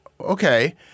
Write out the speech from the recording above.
Okay